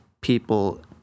people